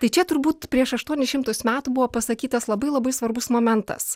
tai čia turbūt prieš aštuonis šimtus metų buvo pasakytas labai labai svarbus momentas